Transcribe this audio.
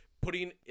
Putting